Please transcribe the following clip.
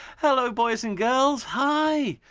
hello boys and girls. hi.